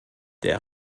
der